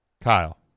Kyle